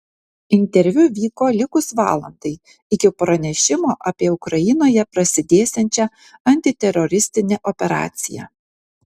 interviu vyko likus valandai iki pranešimo apie ukrainoje prasidėsiančią antiteroristinę operaciją